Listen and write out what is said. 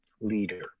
leader